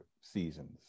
seasons